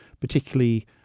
particularly